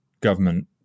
government